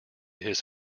his